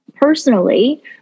personally